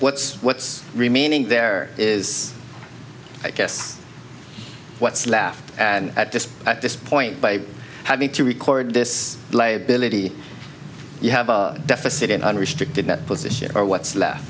what's what's remaining there is i guess what's left at this at this point by having to record this ability you have a deficit in unrestricted that position or what's left